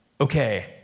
okay